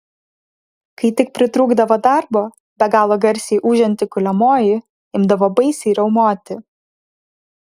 kai tik pritrūkdavo darbo be galo garsiai ūžianti kuliamoji imdavo baisiai riaumoti